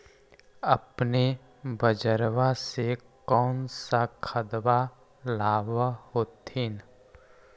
अपने बजरबा से कौन सा खदबा लाब होत्थिन?